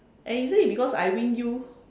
and isn't it because I win you